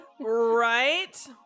Right